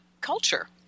culture